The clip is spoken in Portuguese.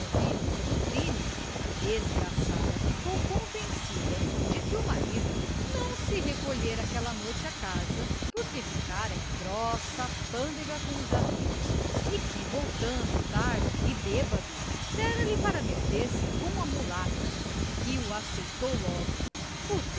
desconfiança do crime a desgraçada ficou convencida de que o marido não se recolhera aquela noite à casa porque ficara em grossa pândega com os amigos e que voltando tarde e bêbedo dera-lhe para meter-se com a mulata que o aceitou logo